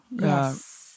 yes